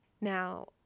Now